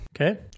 okay